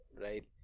right